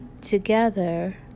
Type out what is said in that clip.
together